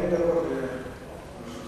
40 דקות לרשותך.